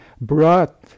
brought